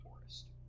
Forest